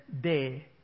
day